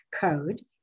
Code